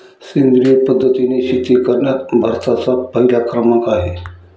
सेंद्रिय पद्धतीने शेती करण्यात भारताचा पहिला क्रमांक आहे